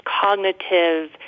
cognitive